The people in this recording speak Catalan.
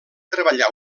treballar